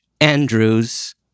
Andrews